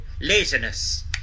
laziness